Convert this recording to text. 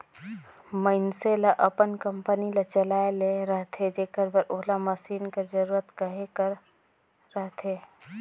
मइनसे ल अपन कंपनी ल चलाए ले रहथे जेकर बर ओला मसीन कर जरूरत कहे कर रहथे